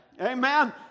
Amen